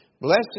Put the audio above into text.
Blessed